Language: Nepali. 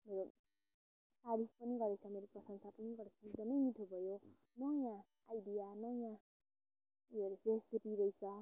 मेरो तारिफ पनि गरेको छ मेरो प्रशंसा पनि गरेको छ एकदमै मिठो भयो नयाँ आइडिया नयाँ उयो रे रेसिपी रहेछ